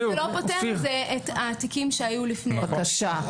זה לא פותר את התיקים שהיו לפני כן.